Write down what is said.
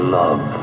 love